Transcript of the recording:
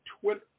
Twitter